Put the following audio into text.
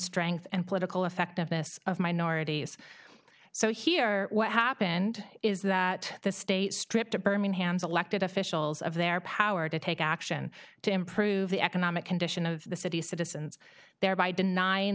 strength and political effectiveness of minorities so here are what happened is that the state stripped of birmingham's elected officials of their power to take action to improve the economic condition of the city's citizens thereby denying